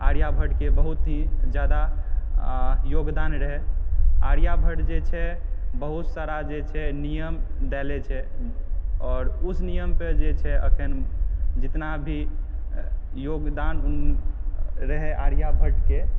आर्याभट्टके बहुत ही ज्यादा योगदान रहय आर्याभट्ट जे छै बहुत सारा जे छै नियम देले छै आओर उस नियम पर जे छै से अखन जेतना भी योगदान रहय आर्याभट्टके